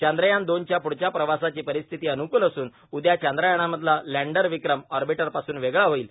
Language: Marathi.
चांद्रयान दोनच्या पुढच्या प्रवासासाठी परिस्थिती अनुकूल असून उद्या चांद्रयानामधला लॅण्डर विक्रम आर्बिटरपासून वेगळा होईल